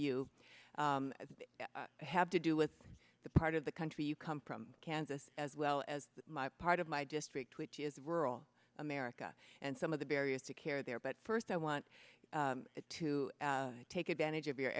you have to do with the part of the country you come from kansas as well as my part of my district which is rural america and some of the barriers to care there but first i want to take advantage of your